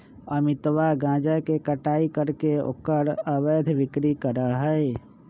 अमितवा गांजा के कटाई करके ओकर अवैध बिक्री करा हई